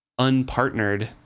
unpartnered